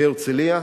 בהרצלייה